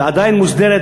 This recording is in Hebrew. ועדיין מוסדרים,